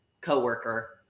co-worker